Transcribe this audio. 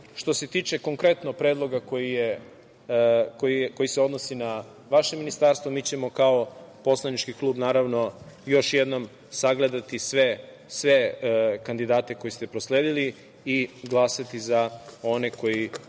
se tiče konkretno predloga koji se odnosi na vaše ministarstvo, mi ćemo kao poslanički klub, naravno, još jednom sagledati sve kandidate koje ste prosledili i glasati za one koji